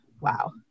wow